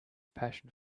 passion